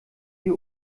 die